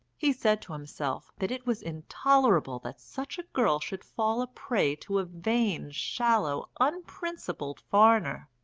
he said to himself that it was intolerable that such a girl should fall a prey to a vain, shallow, unprincipled foreigner,